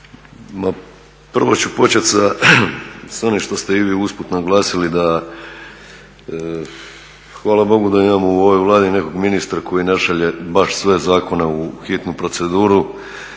prvo ću počet sa onim što ste i vi usput naglasili da, hvala Bogu da imamo u ovoj Vladi nekog ministra koji ne šalje baš sve zakone u hitnu proceduru.